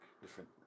different